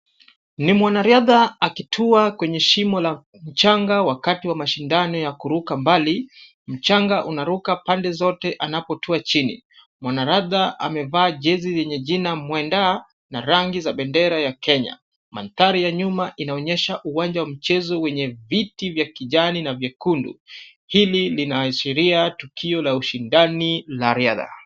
Ni mwanariadha akitua kwenye shimo la mchanga wakati wa mashindano ya kuruka mbali, mchanga unaruka pande zote anapotua chini. Mwanariadha amevaa jezi yenye jina Mwendaa na rangi za bendera ya Kenya. Manthari ya nyuma inaonyesha uwanja wa mchezo wenye viti vya kijani na vyekundu. Hili linaashiria tukio la ushindani la riadha.